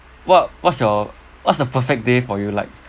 what what's your what's the perfect day for you like